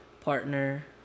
partner